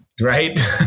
Right